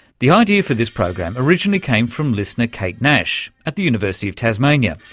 the idea for this program originally came from listener kate nash at the university of tasmania.